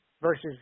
versus